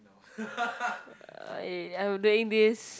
eh I'm doing this